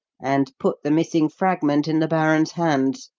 and put the missing fragment in the baron's hands.